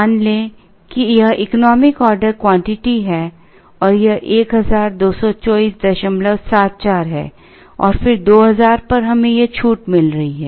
मान लें कि यह इकोनामिक ऑर्डर क्वांटिटी है और यह 122474 है और फिर 2000 पर हमें यह छूट मिल रही है